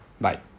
Bye